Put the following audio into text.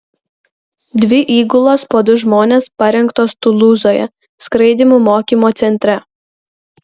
dvi įgulos po du žmones parengtos tulūzoje skraidymų mokymo centre